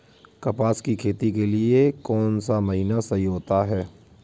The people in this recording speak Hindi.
कपास की खेती के लिए कौन सा महीना सही होता है?